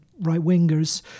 right-wingers